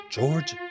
George